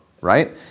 right